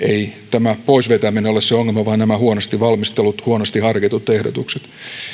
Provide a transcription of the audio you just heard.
tämä pois vetäminen ole se ongelma vaan nämä huonosti valmistellut huonosti harkitut ehdotukset